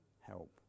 help